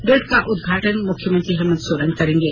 grid का उद्घाटन मुख्यमंत्री हेमंत सोरेन करेंगे